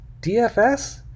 DFS